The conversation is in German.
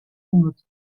genutzt